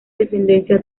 descendencia